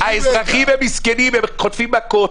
האזרחים הם מסכנים, הם חוטפים מכות.